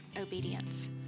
obedience